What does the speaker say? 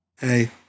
Hey